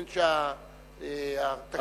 בין שהתקציב הוא שנתי,